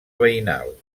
veïnal